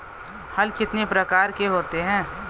हल कितने प्रकार के होते हैं?